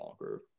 longer